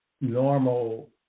normal